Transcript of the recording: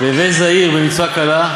רגע,